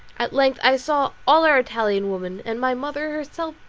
at length i saw all our italian women, and my mother herself,